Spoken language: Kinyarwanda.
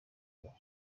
bibaho